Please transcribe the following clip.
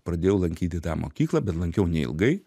pradėjau lankyti tą mokyklą bet lankiau neilgai